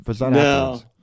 No